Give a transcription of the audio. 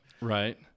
Right